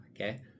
Okay